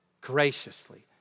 graciously